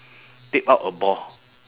tape up a ball